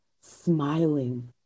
smiling